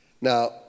Now